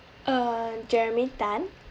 uh jeremy tan